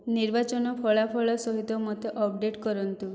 ନିର୍ବାଚନ ଫଳାଫଳ ସହିତ ମୋତେ ଅପ୍ଡ଼େଟ୍ କରନ୍ତୁ